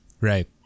Right